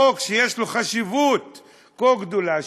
חוק שיש לו חשיבות כה גדולה,